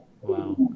Wow